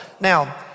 Now